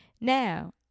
Now